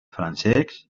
francesc